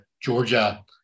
Georgia